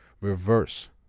reverse